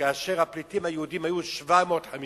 כאשר הפליטים היהודים היו 750,000,